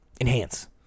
Enhance